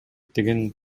деген